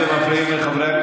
אתם מפריעים לחבר הכנסת,